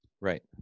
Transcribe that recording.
Right